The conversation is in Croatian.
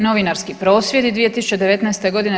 Novinarski prosvjedi 2019. godine.